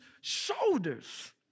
shoulders